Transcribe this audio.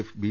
F B